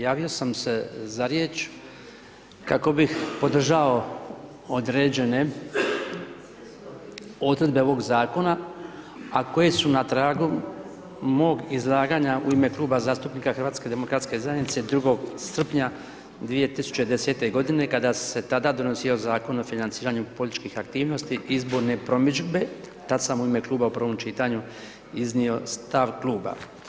Javio sam se za riječ, kako bih podržao određene odredbe ovog zakona, a koje su na tragu mog izlaganja u ime Kluba zastupnika HDZ-a 2. srpnja 2010. kada se tada donosio Zakon o financiranju političkih aktivnosti izborne promidžbe, tada sam u ime Kluba u prvom čitanju iznio stav kluba.